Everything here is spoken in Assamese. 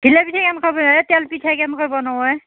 ঘিলা পিঠা কেনেকৈ তেল পিঠা কেনেকৈ বনাৱেই